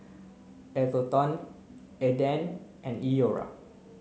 Atherton Aden and Iora